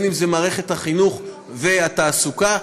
במערכת החינוך ובתעסוקה,